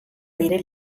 aire